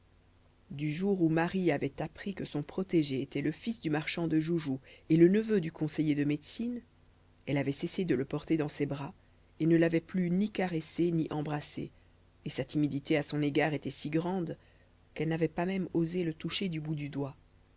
du jour où marie avait appris que son protégé était le fils du marchand de joujoux et le neveu du conseiller de médecine elle avait cessé de le porter dans ses bras et ne l'avait plus ni caressé ni embrassé et sa timidité à son égard était si grande qu'elle n'avait pas même osé le toucher du bout du doigt